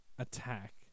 attack